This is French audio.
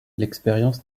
l’expérience